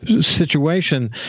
situation